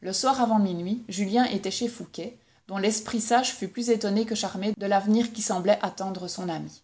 le soir avant minuit julien était chez fouqué dont l'esprit sage fut plus étonné que charmé de l'avenir qui semblait attendre son ami